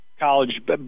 College